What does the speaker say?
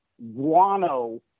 guano